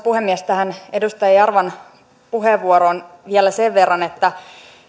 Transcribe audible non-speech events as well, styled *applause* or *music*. *unintelligible* puhemies tähän edustaja jarvan puheenvuoroon vielä sen verran että